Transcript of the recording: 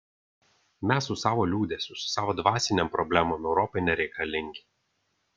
mes su savo liūdesiu su savo dvasinėm problemom europai nereikalingi